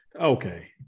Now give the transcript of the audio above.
okay